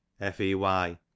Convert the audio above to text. f-e-y